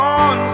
on